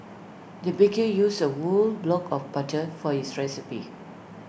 the baker used A whole block of butter for this recipe